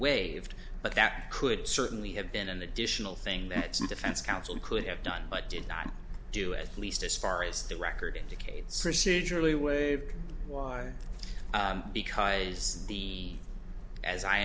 waived but that could certainly have been an additional thing that some defense counsel could have done but did not do at least as far as the record indicates procedurally way because the as i